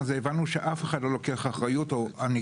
שאף אחד לא לוקח אחריות על העניין הזה.